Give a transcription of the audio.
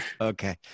Okay